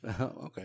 okay